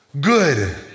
good